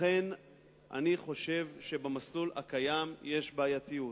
לכן אני חושב שבמסלול הקיים יש בעייתיות.